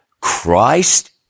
Christ